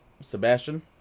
Sebastian